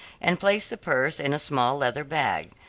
and placed the purse in a small leather bag.